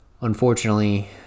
Unfortunately